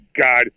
God